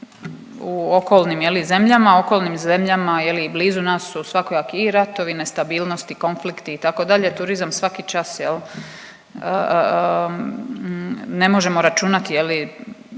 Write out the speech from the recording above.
u okolnim zemljama je li i blizu nas su svakojaki i ratovi, nestabilnosti, konflikti itd., turizam svaki čas jel, ne možemo računati